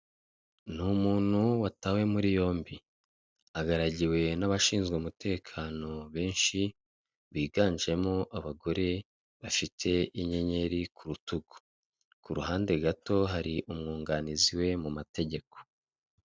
Ni umuntu watawe muri yombi, agaragiwe n'abashinzwe umutekano benshi biganjemo abagore bafite inyenyeri ku rutugu, ku ruhande gato hari umwunganizi we mu mategeko.